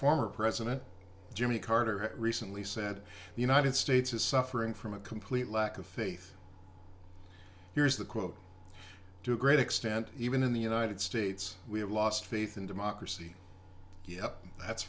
former president jimmy carter recently said the united states is suffering from a complete lack of faith here is the quote to a great extent even in the united states we have lost faith in democracy yep that's